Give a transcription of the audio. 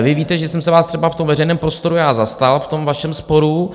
Vy víte, že jsem se vás třeba v tom veřejném prostoru já zastal v tom vašem sporu.